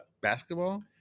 Basketball